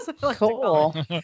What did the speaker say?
Cool